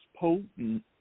potent